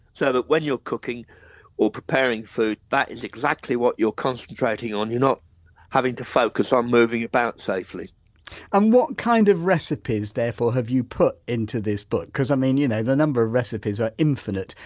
so that when you're cooking or preparing food that is exactly what you're concentrating on, you're not having to focus on moving about safely and what kind of recipes therefore, have you put into this book because i mean you know the number of recipes are infinite,